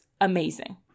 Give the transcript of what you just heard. amazing